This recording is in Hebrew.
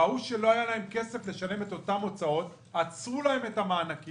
ראו שלא היה להם כסף לשלם את אותם הוצאות אז עצרו להם את המענקים